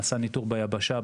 נעשה ניתור ביבשה,